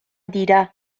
dira